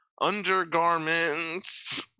undergarments